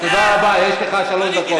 חבר הכנסת חזן.